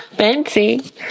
Fancy